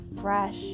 fresh